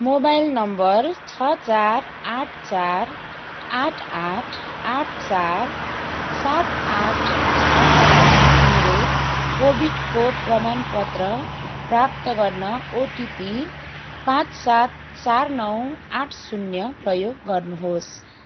mobile number छ चार आठ चार आठ आठ आठ चार सात आठ छ का लागि मेरो कोभिड खोप प्रमाणपत्र प्राप्त गर्न ओटिपी पाँच सात चार नौ आठ शून्य प्रयोग गर्नुहोस्